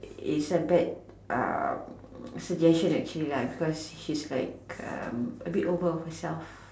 is a bad um suggestion actually lah because she is like um abit over of herself